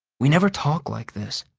we never talk like this.